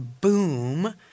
boom